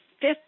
fifth